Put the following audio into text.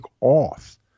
off